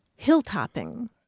Hilltopping